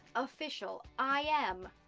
official, i am.